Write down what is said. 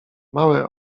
mały